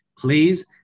Please